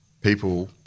people